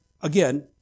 again